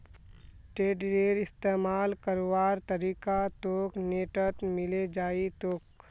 टेडरेर इस्तमाल करवार तरीका तोक नेटत मिले जई तोक